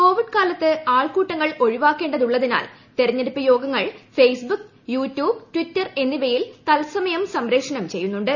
Covid കാലത്ത് ആൾക്കൂട്ടങ്ങൾ ഒഴിവാക്കേണ്ടതുള്ളതിനാൽ തെരഞ്ഞെടുപ്പ് യോഗങ്ങൾ ഫേസ് ബുക് യൂട്യൂബ് ട്ടിറ്റർ എന്നിവയിൽ തത്സമയം സംപ്രേഷണം ചെയ്യുന്നുണ്ട്